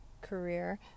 career